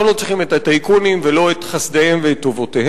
אנחנו לא צריכים את הטייקונים ולא את חסדיהם וטובותיהם.